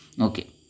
Okay